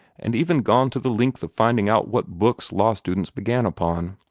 and even gone to the length of finding out what books law-students began upon.